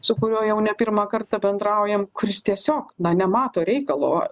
su kuriuo jau ne pirmą kartą bendraujam kuris tiesiog nemato reikalo